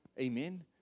Amen